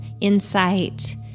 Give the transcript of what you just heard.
insight